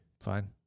Fine